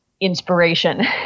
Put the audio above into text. inspiration